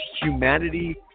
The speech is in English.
humanity